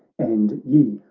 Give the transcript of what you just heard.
and ye,